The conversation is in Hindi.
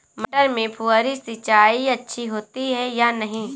मटर में फुहरी सिंचाई अच्छी होती है या नहीं?